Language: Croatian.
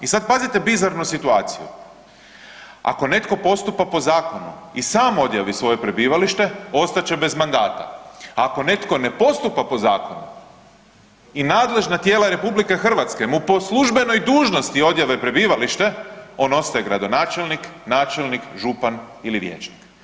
I sad pazite bizarnu situaciju, ako netko postupa po zakonu i sam odjavi svoje prebivalište ostat će bez mandata, a ako netko ne postupa po zakonu i nadležna tijela RH mu po službenoj dužnosti odjave prebivalište on ostaje gradonačelnik, načelnik, župan ili vijećnik.